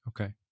Okay